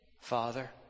father